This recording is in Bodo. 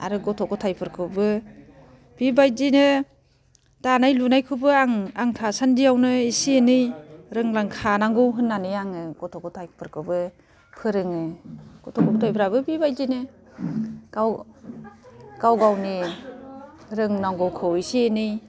आरो गथ' गथाइफोरखौबो बेबायदिनो दानाय लुनायखौबो आं आं थासान्दिआवनो एसे एनै रोंलांखानांगौ होननानै आङो गथ' गथाइफोरखौबो फोरोङो गथ' गथाइफ्राबो बेबायदिनो गाव गाव गावनि रोंनांगौखौ एसे एनै